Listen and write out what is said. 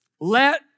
let